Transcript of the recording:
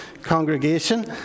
congregation